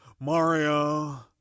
Mario